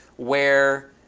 where